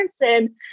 person